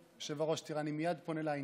היושב-ראש, תראה, אני מייד פונה לעניין.